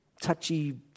touchy